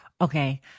Okay